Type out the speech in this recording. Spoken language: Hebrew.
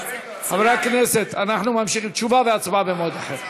חברי הכנסת, תשובה והצבעה במועד אחר.